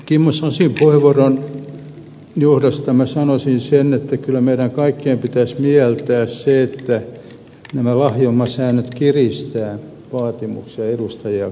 kimmo sasin puheenvuoron johdosta minä sanoisin sen että kyllä meidän kaikkien pitäisi mieltää se että nämä lahjomasäännöt kiristävät vaatimuksia edustajia kohtaan